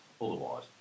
Otherwise